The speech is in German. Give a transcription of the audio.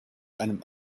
einem